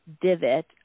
divot